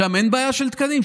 שם אין בעיה של תקנים?